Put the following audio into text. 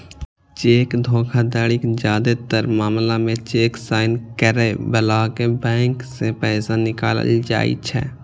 cheque धोखाधड़ीक जादेतर मामला मे चेक साइन करै बलाक बैंक सं पैसा निकालल जाइ छै